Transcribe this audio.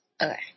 okay